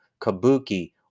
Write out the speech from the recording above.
Kabuki